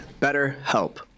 BetterHelp